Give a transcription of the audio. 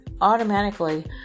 automatically